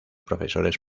profesores